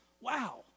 Wow